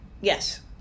Yes